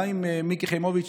גם עם מיקי חיימוביץ',